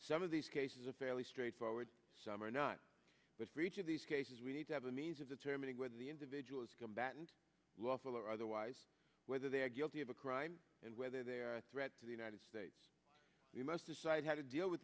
some of these cases are fairly straightforward some are not but for each of these cases we need to have a means of determining whether the individual is combatant lawful or otherwise whether they are guilty of a crime and whether they are a threat to the united states we must decide how to deal with